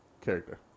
character